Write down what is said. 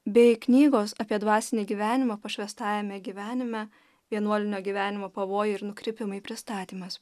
bei knygos apie dvasinį gyvenimą pašvęstajame gyvenime vienuolinio gyvenimo pavojai ir nukrypimai pristatymas